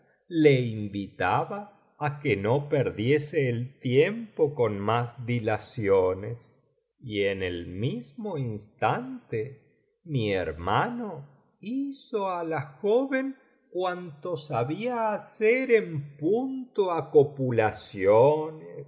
le invitaba á que no perdiese el tiempo con más dilaciones y en el mismo instante mi hermano hizo á la joven cuanto sabía hacer en punto a copulaciones